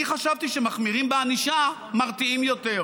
אני חשבתי שאם מחמירים בענישה מרתיעים יותר.